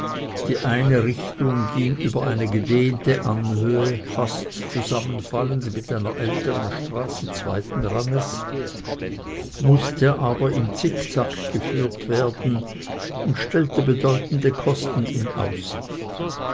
die eine richtung ging über eine gedehnte anhöhe fast zusammenfallend mit einer älteren straße zweiten ranges mußte aber im zickzack geführt werden und stellte bedeutende kosten in aussicht